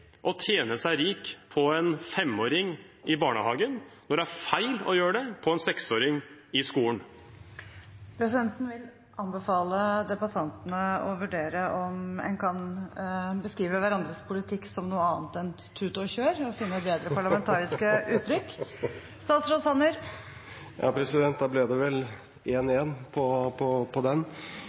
seg rik på en 5-åring i barnehagen når det er feil å gjøre det på en 6-åring i skolen? Presidenten vil anbefale debattantene å vurdere om en kan beskrive hverandres politikk som noe annet enn «tut-og-kjør» og finne bedre parlamentariske uttrykk. Ja, president, da ble det vel 1-1 på